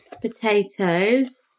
Potatoes